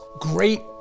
great